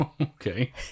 Okay